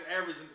average